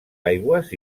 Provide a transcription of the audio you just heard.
aigües